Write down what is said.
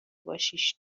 باشیش